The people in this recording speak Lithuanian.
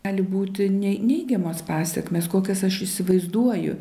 gali būti nei neigiamos pasekmės kokias aš įsivaizduoju